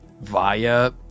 via